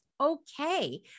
okay